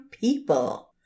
people